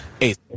eight